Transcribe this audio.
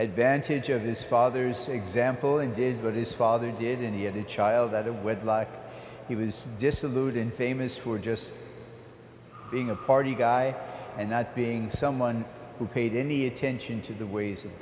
advantage of his father's example and did but his father did any of the child out of wedlock he was dissolute in famous for just being a party guy and not being someone who paid any attention to the ways of